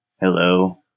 Hello